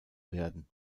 werden